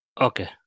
Okay